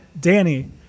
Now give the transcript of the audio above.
Danny